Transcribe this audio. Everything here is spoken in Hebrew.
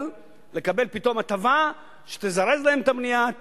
לקבל פתאום הטבה שתזרז להם את הבנייה,